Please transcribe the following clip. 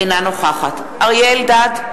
אינה נוכחת אריה אלדד,